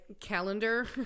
calendar